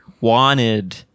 wanted